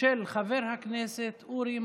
אין